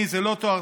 הדוכן.